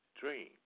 Dream